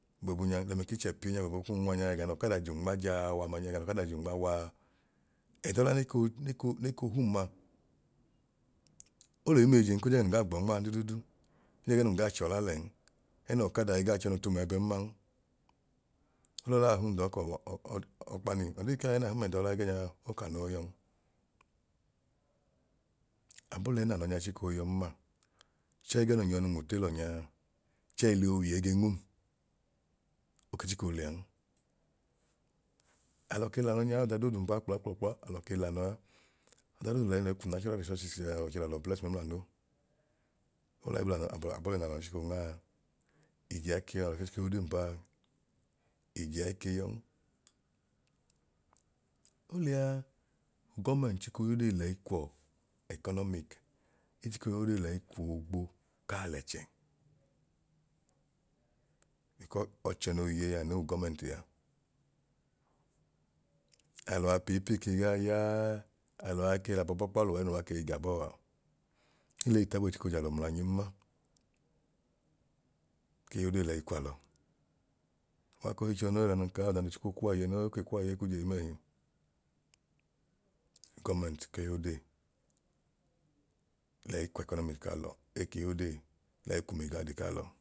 Boobu nya ẹgẹnun kichẹ pii nya gbọbu kun wa nya ẹga n'ọkada jum nma jaa wa nya a ẹga n'ọkada jum nma waa ẹdọọla neko neko hum aa ole yum eyi jii nkoo jẹẹga nun gaa gbọọ nmaan duduudu n' jẹẹgẹ nun gaa chọọla lẹn ẹẹn'ọkada igaa chọnu tum ẹbẹn man olọlaa hum ndọọ kọ ọkpani ọdii kaa ya ẹnai hum ẹdọọla ẹgẹnya yọ ok'anọọ yọn. Abolẹẹ n'anọ nyai chiko yọn maa chẹẹ ẹgẹ nun yọ nun w'utailor nyaa chẹẹ ili owiye gee nwum. Oke chiko lẹan, alọ ke l'anọ nyaa ọda doodu mbaa kpla kpla kpla alọ ke l'anọ aa. Ọdadoodu lẹ lẹyi kwu natural resources ọwọicho l'alọ bless mẹmlanu olẹa abolẹ n'aanọ chiko gnaa. Ijea ike yọ n'alọ ke chiko y'odee mbaan ijea ike yọn. Oliyaa u gọmẹnt chiko y'odee lẹyi kwọọ ẹcọnọmic, echiko y'odee lẹyi kwoo gbo kaalẹchẹ becọ ọchẹ noo yeyi a anu w'ugọmẹnti a, alọa pii pii ke gaa yaẹẹ alọa ke l'abọ bọkpa luwa ẹẹnuwa kei gabọa ele taabọọ echiko j'alọ mlanyin ma kee y'odee lẹyi kwalọ. Uwa kohi chọnu noo ẹla nun kaa owọda noo chiko kwuwa iye noo oke kuwa iye ekwuu je yum ẹhi. Gọmẹnt kee y'odee lẹyi kw'ẹkọnọmi k'aalọ eke y'odee lẹyi kw'umaigaadi k'alọ